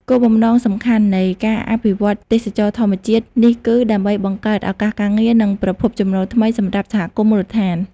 គោលបំណងសំខាន់នៃការអភិវឌ្ឍទេសចរណ៍ធម្មជាតិនេះគឺ ដើម្បីបង្កើតឱកាសការងារ និងប្រភពចំណូលថ្មីសម្រាប់សហគមន៍មូលដ្ឋាន។